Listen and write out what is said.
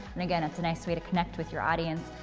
and again, it's a nice way to connect with your audience.